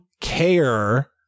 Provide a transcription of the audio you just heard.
care